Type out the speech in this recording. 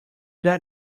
that